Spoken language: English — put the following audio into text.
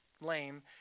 lame